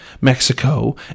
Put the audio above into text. Mexico